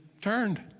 turned